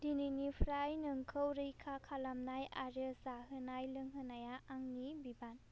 दिनैनिफ्राय नोंखौ रैखा खालामनाय आरो जाहोनाय लोंहोनाया आंनि बिबान